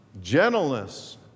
Gentleness